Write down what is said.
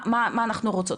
מה אנחנו רוצות?